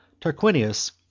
Tarquinius